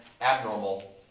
abnormal